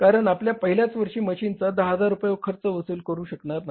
कारण आपण पहिल्याच वर्षी मशीनचा 10000 रुपये खर्च वसूल करू शकणार नाही